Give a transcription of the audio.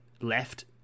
left